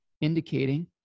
indicating